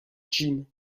jim